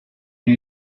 new